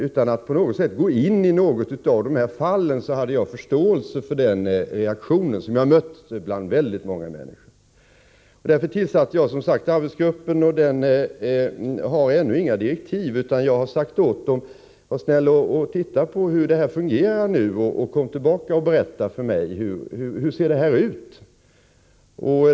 Utan att på något sätt gå in i något av dessa fall hade jag förståelse för den reaktion som jag mötte bland väldigt många människor. Därför tillsatte jag arbetsgruppen. Den har ännu inte fått några direktiv. Jag har sagt åt den att den skall se på hur systemet fungerar och sedan redovisa för mig.